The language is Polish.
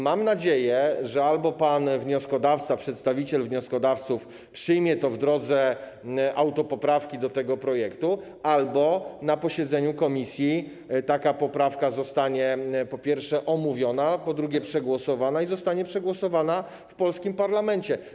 Mam nadzieję, że albo pan przedstawiciel wnioskodawców przyjmie to w drodze autopoprawki do tego projektu, albo na posiedzeniu komisji taka poprawka zostanie, po pierwsze, omówiona, po drugie, przegłosowana, i zostanie przegłosowana w polskim parlamencie.